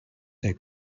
they